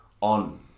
on